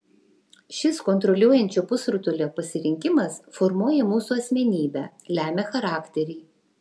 šis kontroliuojančio pusrutulio pasirinkimas formuoja mūsų asmenybę lemia charakterį